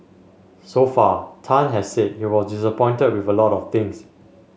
so far Tan has said he was disappointed with a lot of things